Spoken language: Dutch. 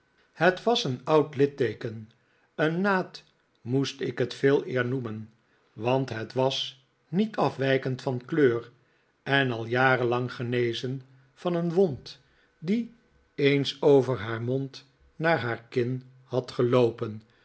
het was een oud litteeken een naad moest ik het veeleer noemen want het was niet afwijkend van kleur en al jaren lang genezen van een wond die eens over haar mond naar haar kin had geloopen